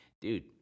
dude